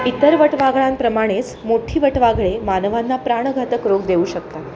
इतर वटवाघळांप्रमाणेच मोठी वटवाघळे मानवांना प्राणघातक रोग देऊ शकतात